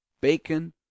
bacon